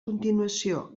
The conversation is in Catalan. continuació